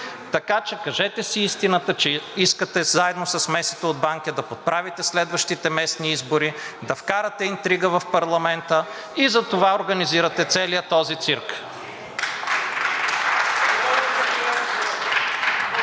Така че, кажете си истината, че искате заедно с месията от Банкя да подправите следващите местни избори, да вкарате интрига в парламента и затова организирате целият този цирк.